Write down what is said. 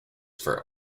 for